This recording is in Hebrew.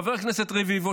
חבר הכנסת רביבו,